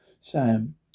Sam